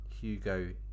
Hugo